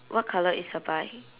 what colour is her bike